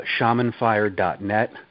shamanfire.net